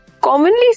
Commonly